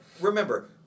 remember